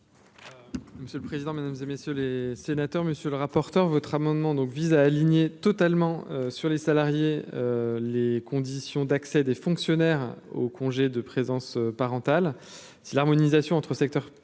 Monsieur le président, Mesdames et messieurs les sénateurs, monsieur le rapporteur, votre amendement donc vise à aligner totalement sur les salariés, les conditions d'accès des fonctionnaires au congé de présence parentale, c'est l'harmonisation entre secteurs public et privé